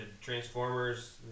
Transformers